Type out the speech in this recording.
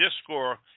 discord